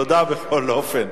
תודה, בכל אופן.